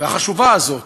והחשובה הזאת,